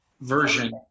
version